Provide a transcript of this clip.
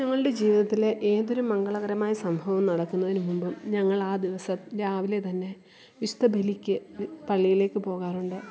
ഞങ്ങളുടെ ജീവിതത്തിലെ ഏതൊരു മംഗളകരമായ സംഭവം നടക്കുന്നതിനുമുമ്പും ഞങ്ങളാ ദിവസം രാവിലെ തന്നെ വിശുദ്ധ ബലിക്ക് പള്ളിയിലേക്ക് പോകാറുണ്ട്